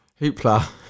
Hoopla